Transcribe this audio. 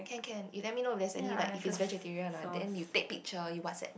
can can you let me know there's any like if it's vegetarian lah then you take picture you WhatsApp me